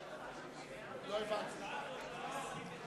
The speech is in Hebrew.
היתה הצבעה רק על הסעיף הראשון.